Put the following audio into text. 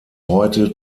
heute